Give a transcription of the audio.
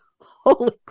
holy